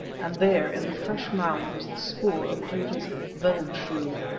and there in the fresh mould was the spoor of tota's veldschoon,